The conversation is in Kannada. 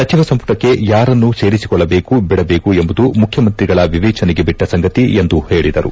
ಸಚಿವ ಸಂಪುಟಕ್ಕೆ ಯಾರನ್ನು ಸೇರಿಸಿಕೊಳ್ಳಬೇಕು ಬಿಡಬೇಕು ಎಂಬುದು ಮುಖ್ಯಮಂತ್ರಿಗಳ ವಿವೇಚನೆಗೆ ಬಿಟ್ಟ ಸಂಗತಿ ಎಂದು ಹೇಳಿದರು